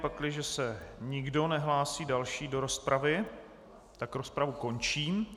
Pakliže se nikdo nehlásí další do rozpravy, tak rozpravu končím.